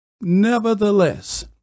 Nevertheless